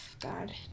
God